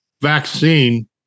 vaccine